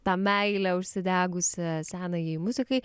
tą meilę užsidegusią senajai muzikai